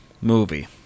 Movie